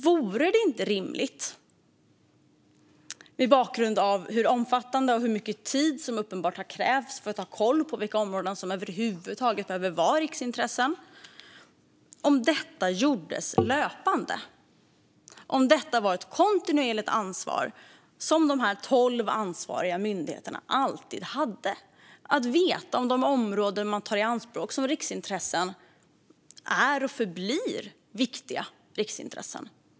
Vore det inte rimligt, mot bakgrund av hur omfattande detta har varit och hur mycket tid som uppenbarligen har krävts för att ha koll på vilka områden som över huvud taget behöver vara riksintressen, att detta gjordes löpande och att det var ett kontinuerligt ansvar som dessa tolv ansvariga myndigheter alltid har att veta om de områden som man tar i anspråk som riksintressen är och förblir viktiga riksintressen?